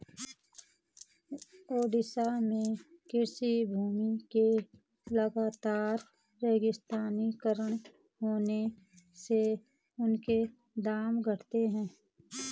ओडिशा में कृषि भूमि के लगातर रेगिस्तानीकरण होने से उनके दाम घटे हैं